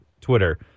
Twitter